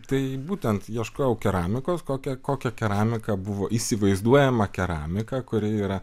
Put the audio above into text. tai būtent ieškojau keramikos kokia kokia keramika buvo įsivaizduojama keramika kuri yra